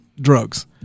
drugs